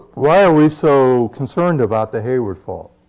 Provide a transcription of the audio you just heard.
why are we so concerned about the hayward fault?